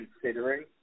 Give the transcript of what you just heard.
considering